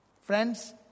Friends